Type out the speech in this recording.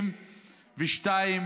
בעיה.